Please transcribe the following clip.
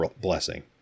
blessing